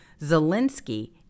Zelensky